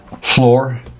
floor